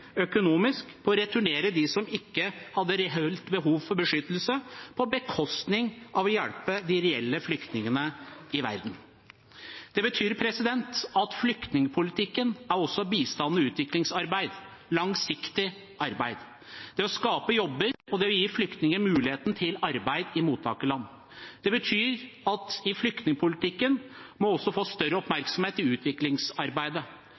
på å returnere dem som ikke hadde reelt behov for beskyttelse, på bekostning av hjelp til de reelle flyktningene i verden. Det betyr at flyktningpolitikken også er bistands- og utviklingsarbeid, langsiktig arbeid, det å skape jobber og å gi flyktninger muligheten til arbeid i mottakerland. Det betyr at flyktningpolitikken også må få større